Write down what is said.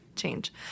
change